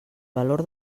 valor